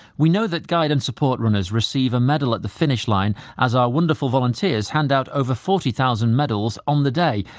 we know that guide and support runners receive a medal at the finish line, as our wonderful volunteers hand out over forty thousand medals on the day,